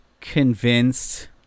convinced